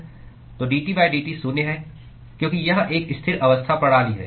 तो dTdt शून्य है क्योंकि यह एक स्थिर अवस्था प्रणाली है